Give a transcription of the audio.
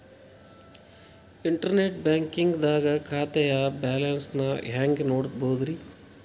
Internet banking ದಾಗ ಖಾತೆಯ balance ನ ಹೆಂಗ್ ನೋಡುದ್ರಿ?